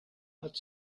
hat